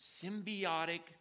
symbiotic